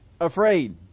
afraid